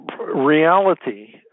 reality